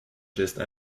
geste